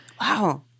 Wow